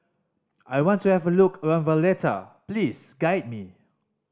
I want to have a look around Valletta please guide me